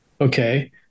okay